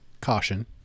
caution